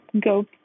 go